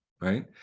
right